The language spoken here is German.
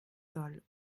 soll